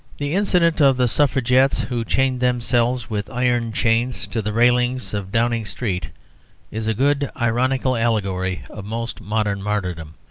the incident of the suffragettes who chained themselves with iron chains to the railings of downing street is a good ironical allegory of most modern martyrdom.